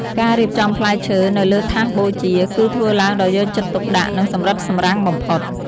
ការរៀបចំផ្លែឈើនៅលើថាសបូជា គឺធ្វើឡើងដោយយកចិត្តទុកដាក់ និងសម្រិតសម្រាំងបំផុត។